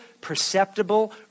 perceptible